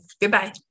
Goodbye